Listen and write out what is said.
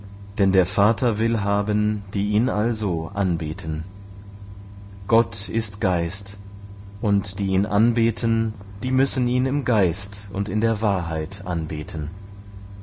denn der vater will haben die ihn also anbeten gott ist geist und die ihn anbeten die müssen ihn im geist und in der wahrheit anbeten